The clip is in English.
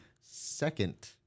second